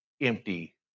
empty